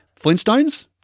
Flintstones